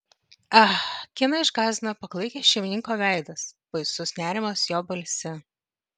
ah kiną išgąsdino paklaikęs šeimininko veidas baisus nerimas jo balse